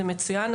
זה מצוין,